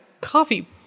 coffee